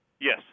Yes